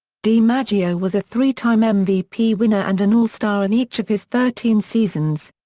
dimaggio was a three-time um mvp winner and an all-star in each of his thirteen seasons.